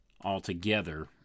altogether